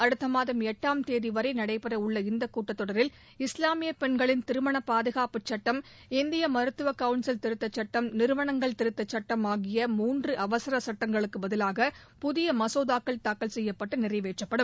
அடுத்த மாதம் எட்டாம் தேதி வரை நடைபெற உள்ள இந்தக் கூட்டத்தொடரில் இஸ்லாமிய பெண்களின் திருமண பாதுகாப்பு சுட்டம் இந்திய மருத்துவ கவுன்சில் திருத்த சட்டம் நிறுவனங்கள் திருத்த சுட்டம் ஆகிய மூன்று அவசர சுட்டங்களுக்கு பதிலாக புதிய மசோதாக்கள் தாக்கல் செய்யப்பட்டு நிறைவேற்றப்படும்